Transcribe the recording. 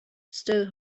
still